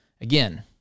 again